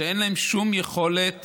שאין להם שום יכולת